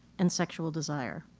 and sexual desire.